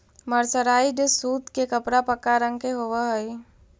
mercerised सूत के कपड़ा पक्का रंग के होवऽ हई